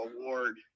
award